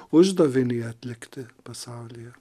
uždavinį atlikti pasaulyje